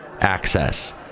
access